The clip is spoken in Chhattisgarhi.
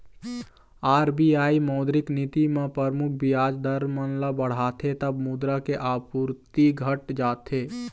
आर.बी.आई मौद्रिक नीति म परमुख बियाज दर मन ल बढ़ाथे तब मुद्रा के आपूरति घट जाथे